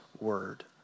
word